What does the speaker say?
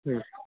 হুম